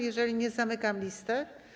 Jeżeli nie, zamykam listę.